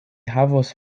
havos